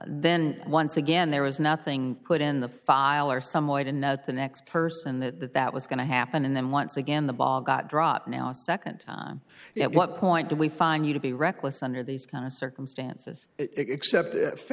then once again there was nothing put in the file or some light and that the next person that that that was going to happen and then once again the ball got dropped now a second time that what point do we find you to be reckless under these circumstances except f